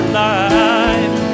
life